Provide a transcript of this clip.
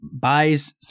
buys